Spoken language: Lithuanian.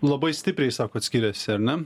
labai stipriai sakot skiriasi ar ne